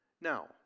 Now